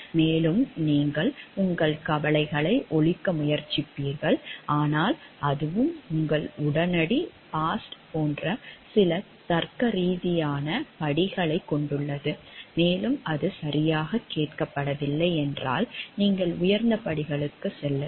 மேலும் நீங்கள் உங்கள் கவலைகளை ஒலிக்க முயற்சிப்பீர்கள் ஆனால் அதுவும் உங்கள் உடனடி பாஸ்ட் போன்ற சில தர்க்கரீதியான படிகளைக் கொண்டுள்ளது பின்னர் அது சரியாகக் கேட்கப்படவில்லை என்றால் நீங்கள் உயர்ந்த படிகளுக்குச் செல்லுங்கள்